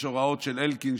יש הוראות של אלקין,